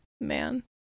man